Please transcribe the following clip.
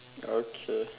okay